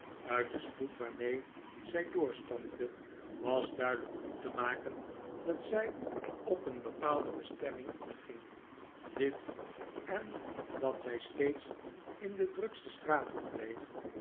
uit den spoed waarmee zij doorstapte was duideliik op te maken dat zij op een bepaalde bestemming afging dit en dat zij steeds in de drukste straten bleef